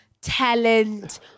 talent